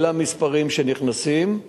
אלה המספרים שנכנסים,